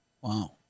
Wow